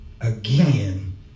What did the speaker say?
again